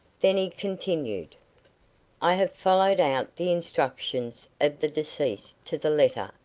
then he continued i have followed out the instructions of the deceased to the letter,